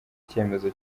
icyemezo